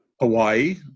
Hawaii